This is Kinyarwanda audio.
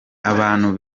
abantu